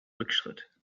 rückschritt